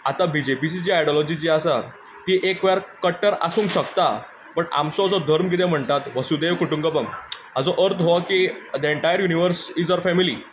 आतां बीजेपीची जी आयडियोलॉजी आसा ती एक वेळार कट्टर आसूंक शकता बट आमचो जो धर्म कितें म्हणटा वसुदेव कुटुंबकम हाचो अर्थ हो की the entire universe is our family